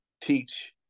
teach